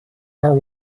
are